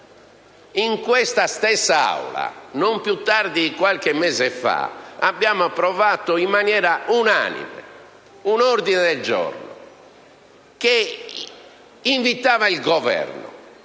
In questa stessa Aula, non più tardi di qualche mese fa, abbiamo approvato unanimemente un ordine del giorno in cui si invitava il Governo